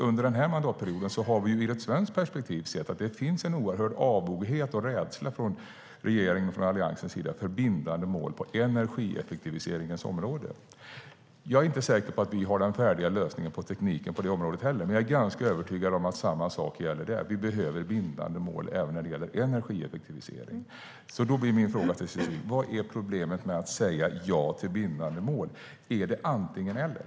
Under den här mandatperioden har vi ur ett svenskt perspektiv sett att det finns en oerhörd avoghet och rädsla från regeringens och Alliansens sida för bindande mål på energieffektiviseringens område. Jag är inte säker på att vi har den färdiga lösningen för tekniken på det området. Men jag är ganska övertygad om att samma sak gäller där. Vi behöver bindande mål även när det gäller energieffektivisering. Min fråga till Cecilie Tenfjord-Toftby blir: Vad blir problemet med att säga ja till bindande mål? Är det antingen-eller?